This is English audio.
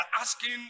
asking